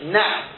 now